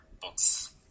books